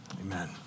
amen